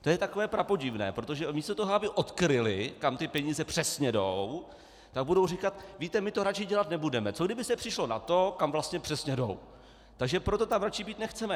To je takové prapodivné, protože místo toho, aby odkryly, kam peníze přesně jdou, tak budou říkat: víte, my to radši dělat nebudeme, co kdyby se přišlo na to, kam vlastně přesně jdou, takže proto tam radši být nechceme.